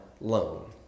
loan